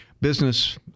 business